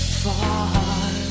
far